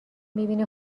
میبینی